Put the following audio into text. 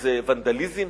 שזה ונדליזם?